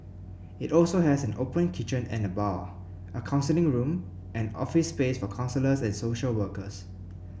it also has an open kitchen and bar a counselling room and office space for counsellors and social workers